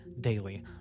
daily